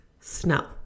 snow